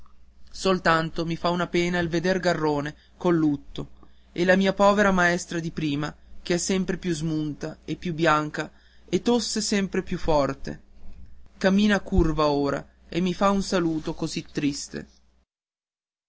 soltanto mi fa pena di veder garrone col lutto e la mia povera maestra di prima che è sempre più smunta e più bianca e tosse sempre più forte cammina curva ora e mi fa un saluto così triste